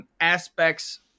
aspects